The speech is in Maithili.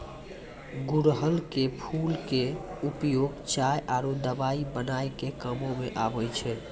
गुड़हल के फूल के उपयोग चाय आरो दवाई बनाय के कामों म आबै छै